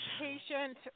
patient